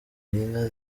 inka